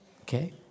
okay